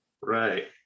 Right